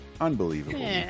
Unbelievable